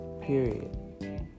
Period